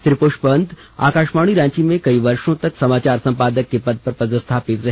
श्री पुस्पवंत आकाषवाणी रांची में कई वर्षो तक समाचार संपादक के पद पर पदस्थापित रहे